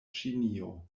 ĉinio